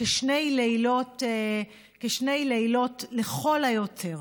שני לילות לכל היותר.